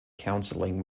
counseling